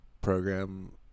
program